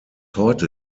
heute